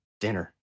dinner